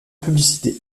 publicités